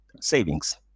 savings